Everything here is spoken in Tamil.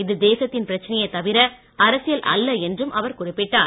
இது தேசத்தின் பிரச்சினையே தவிர அரசியல் அல்ல என்றும் அவர் குறிப்பிட்டார்